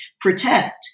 protect